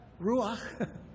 Ruach